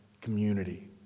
community